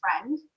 friend